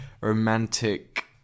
romantic